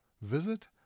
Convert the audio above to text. visit